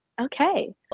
Okay